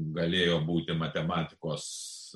galėjo būti matematikos